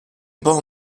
bon